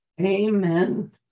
Amen